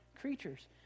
creatures